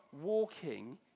walking